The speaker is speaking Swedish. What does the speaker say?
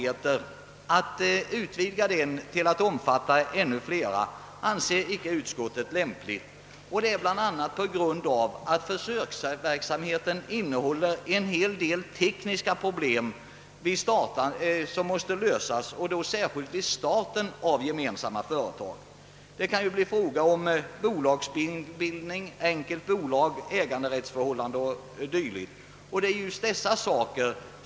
Att nu utvidga den till att omfatta ännu fler kategorier anser inte utskottet lämpligt, bl.a. på grund av att försöksverksamheten inrymmer en hel del tekniska problem som måste lösas särskilt vid starten av gemensamma företag. Det är frågor som rör t.ex. bolagsbildning, enkelt bolag, äganderättsförhållanden o. dyl.